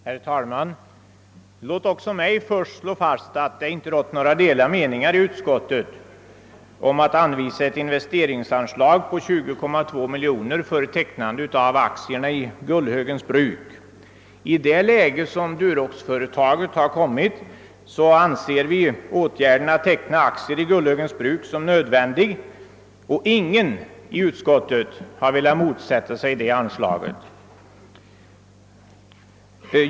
Herr talman! Låt också mig först slå fast att det i utskottet inte rått några delade meningar när det gällt förslaget att anvisa ett investeringsanslag på 20,2 miljoner kronor för tecknande av aktierna i Gullhögens Bruk. I det läge i vilket Duroxföretaget befinner sig anser vi åtgärden att teckna aktier i Gullhögens Bruk nödvändig, och ingen i utskottet har velat motsätta sig anslaget.